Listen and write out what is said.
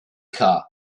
car